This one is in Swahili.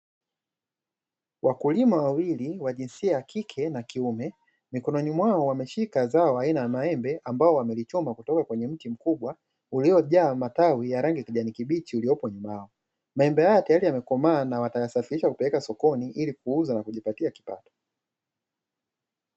Wakulima wawili wa jinsia ya kike na kiume mikononi mwao wameshika zao aina ya maembe ambao wamelichuma kutoka kwenye mti mkubwa uliojaa matawi ya rangi ya kijni kibichi ulipo nyuma yao, maembe haya tayali yamekomaa na watayasafirisha kupeleka sokoni ili kuuza na kujipatia kipato.